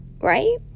right